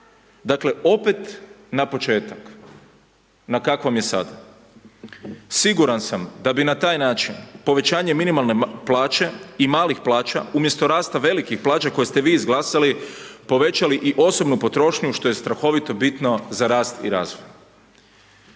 dakle opet na početku na kakvom je sad. Siguran sam da bi na taj način povećanje minimalne plaće i malih plaća umjesto rasta velikih plaća koje ste vi izglasali, povećali i osobnu potrošnju što je strahovito bitno za rast i razvoj.